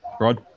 Rod